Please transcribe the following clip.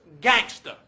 gangster